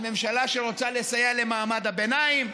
על ממשלה שרוצה לסייע למעמד הביניים,